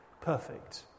perfect